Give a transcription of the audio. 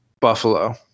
Buffalo